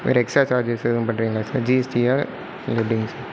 வேற extra charges எதுவும் பண்ணுறீங்களா சார் ஜிஎஸ்டியா இல்லை எப்படிங்க சார்